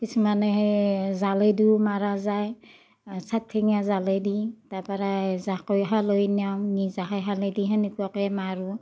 কিছুমানে সেই জালেদিও মৰা যায় চাৰিঠেঙিয়া জালেদি তাৰপৰাই জাকৈ খালৈ নিও নিজাকৈ খালেইদি তেনেকুৱাকে মাৰোঁ